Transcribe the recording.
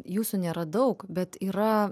jūsų nėra daug bet yra